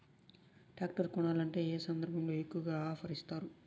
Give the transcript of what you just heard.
Tractor కొనాలంటే ఏ సందర్భంలో ఎక్కువగా ఆఫర్ ఇస్తారు?